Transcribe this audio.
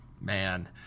Man